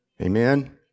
Amen